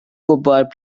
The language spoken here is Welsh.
gwybod